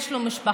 יש לו משפחה,